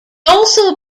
also